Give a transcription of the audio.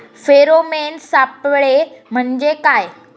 Pheromone सापळे म्हंजे काय?